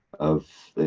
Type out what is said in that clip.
of,